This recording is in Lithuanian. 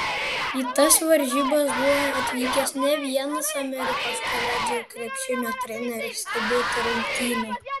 į tas varžybas buvo atvykęs ne vienas amerikos koledžų krepšinio treneris stebėti rungtynių